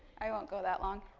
i won't go that long,